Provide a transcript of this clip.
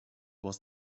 was